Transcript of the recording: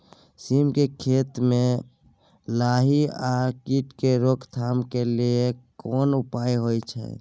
सीम के खेती म लाही आ कीट के रोक थाम के लेल केना उपाय होय छै?